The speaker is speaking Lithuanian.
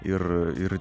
ir ir